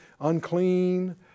unclean